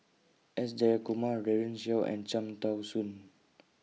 S Jayakumar Daren Shiau and Cham Tao Soon